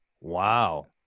Wow